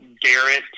Garrett